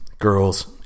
girls